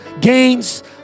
gains